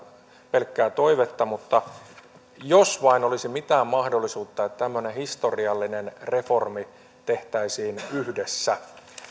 pelkkää toivetta jos vain olisi mitään mahdollisuutta että tämmöinen historiallinen reformi tehtäisiin yhdessä